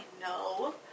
no